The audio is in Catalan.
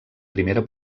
primera